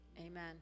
Amen